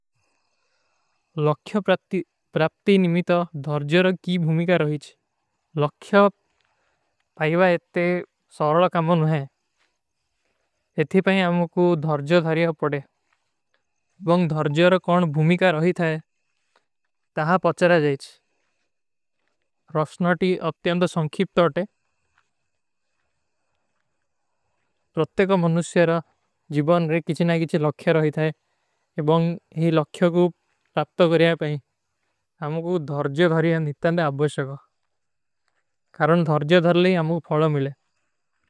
ଲକ୍ଯୋ ପ୍ରାପ୍ତି ନିମିତା ଧର୍ଜୋର କୀ ଭୁମିକାର ହୋଈଚ୍ଛ। ଲକ୍ଯୋ ପାଈଵା ଇତନେ ସରଲା କାମଣ ହୈ। ଇତନେ ପାଈଵା ଆମକୋ ଧର୍ଜୋ ଧାରିଯା ପଡେ। ବଂଗ ଧର୍ଜୋର କାନ ଭୁମିକାର ହୋଈ ଥାଏ, ତହାଁ ପଚାରା ଜାଏଚ୍ଛ। ରାସନାଟୀ ଅଚ୍ଛେଂଦ ସଂଖୀପତା ଥାଏ, ପ୍ରତ୍ଯ କା ମନୁସ୍ଯରା ଜୀବାନ ରେ କିଚୀ ନା କିଚୀ ଲକ୍ଯାର ହୋଈ ଥାଏ, ଏବାଂଗ ହୀ ଲକ୍ଯୋ କୋ ପ୍ରାପ୍ତ କରିଯା ପାଈଵା ହୈ। ଆମକୋ ଧର୍ଜୋ ଧାରିଯା ନିତ୍ତାନେ ଆପଵଶକା। କାରଣ ଧର୍ଜୋ ଧାରଲେ ହୀ ଆମକୋ ଫଲୋ ମିଲେ।